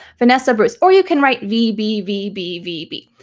vanessa, bruce. or you can write v, b, v, b, v, b.